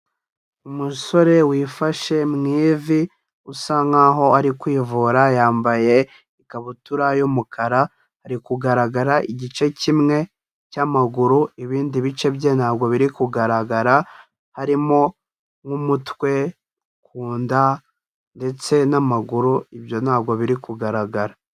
Umusore wifashe mu ivi usa nk'aho ari kwivura, yambaye ikabutura y'umukara, ari kugaragara igice kimwe cy'amaguru, ibindi bice bye ntabwo biri kugaragara, harimo nk'umutwe, ku nda ndetse n'amaguru, ibyo ntabwo biri kugaragara.